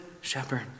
shepherd